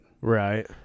Right